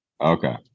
Okay